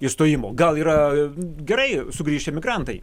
išstojimo gal yra gerai sugrįš emigrantai